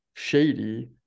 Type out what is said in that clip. Shady